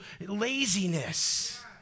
laziness